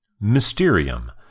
Mysterium